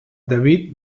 david